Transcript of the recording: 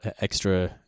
extra